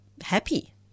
happy